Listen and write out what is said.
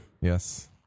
Yes